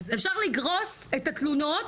אפשר לגרוס את התלונות,